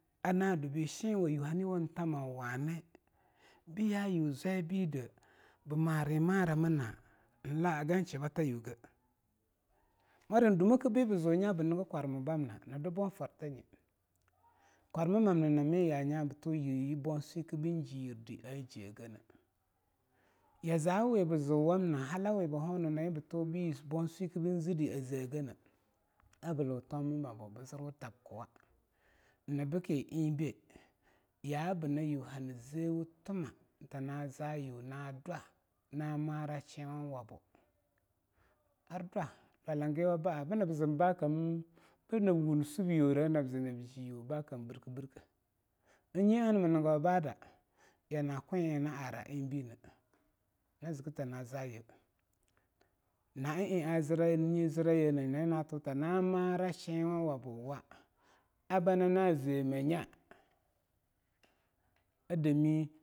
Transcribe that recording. Hani yuwo tama wani bu yayu zwai bida bu ma timara muna, hagan shiba tayugee in dumokea biba zu bu nigi kwarka bamna ni du boofarta nyi kwarma mamna nyina mi batu boo swete ben ji yibdi ha jee gha-ya zawiwe ba zu wamna nyina ih butu boo sweeka bin zinidi a daha ga a zegana abu toma mabu bi zir tamkuwa, nyina bukum ihbe yabuna yuwo hani zewu-tuma tana za yuwo na dwa na mara shiwuwabo ar dwa dwa langiwa baa bunab zee bah-kam birkha bu zee nab wun subyorea zi nab jiyiwo bah kam birku-birka anyi anama nigo bah-da yanakwi eh na ar ihbine na ziki tana za yuwo na eh ee hayi zi ra wuna nyina ih natuta na mara shiwuwabuwa a banana zee ma nya a dami---to wussa.